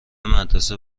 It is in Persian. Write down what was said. مدرسه